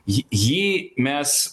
jį jį mes